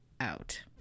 Out